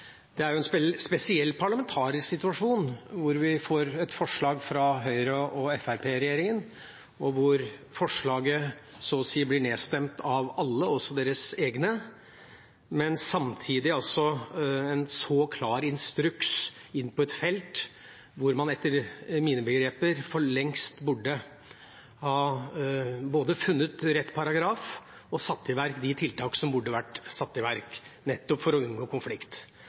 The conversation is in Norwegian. Det er jo en spesiell parlamentarisk situasjon, der vi får et forslag fra Høyre–Fremskrittsparti-regjeringa, og hvor forslaget så å si blir nedstemt av alle – også deres egne – men samtidig med en så klar instruks går inn på et felt hvor man etter mine begreper for lengst både burde ha funnet rett paragraf og satt i verk de tiltakene som burde ha vært satt i verk, nettopp for å unngå konflikt.